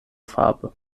farbe